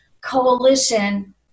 coalition